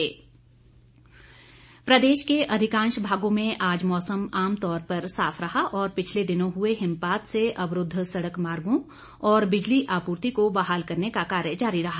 मौसम प्रदेश के अधिकांश भागों में आज मौसम आमतौर पर साफ रहा और पिछले दिनों हुए हिमपात से अवरूद्व सड़क मार्गो और बिजली आपूर्ति को बहाल करने का कार्य जारी रहा